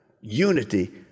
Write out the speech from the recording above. unity